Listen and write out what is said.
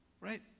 Right